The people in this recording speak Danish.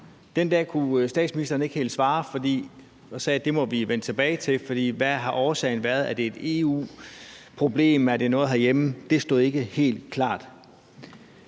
Den dag kunne statsministeren ikke helt svare og sagde, at det må vi vende tilbage til, for hvad har årsagen været? Er det et EU-problem, eller er det noget herhjemme? Det stod ikke helt klart,